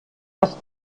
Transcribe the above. dass